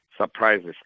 surprises